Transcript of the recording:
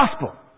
Gospel